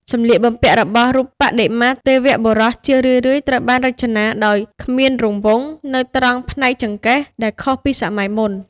សម្លៀកបំពាក់របស់រូបបដិមាទេវៈបុរសជារឿយៗត្រូវបានរចនាដោយ គ្មានរង្វង់ នៅត្រង់ផ្នែកចង្កេះ ដែលខុសពីសម័យមុន។